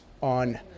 on